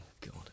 God